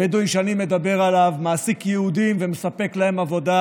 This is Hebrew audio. הבדואי שאני מדבר עליו מעסיק יהודים ומספק להם עבודה.